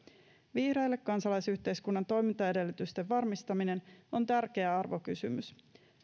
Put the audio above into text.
vihreille kansalaisyhteiskunnan toimintaedellytysten varmistaminen on tärkeä arvokysymys